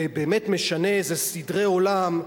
ובאמת משנה איזה סדרי עולם,